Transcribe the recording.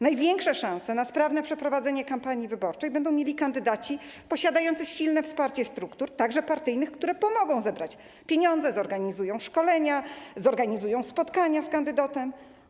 Największe szanse na sprawne przeprowadzenie kampanii wyborczej będą mieli kandydaci posiadający silne wsparcie struktur, także partyjnych, które pomogą zebrać pieniądze, zorganizują szkolenia, zorganizują spotkania z kandydatem.